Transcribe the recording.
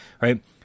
right